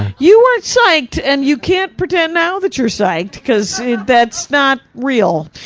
you weren't psyched, and you can't pretend now that you're psyched, cause that's not real.